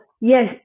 yes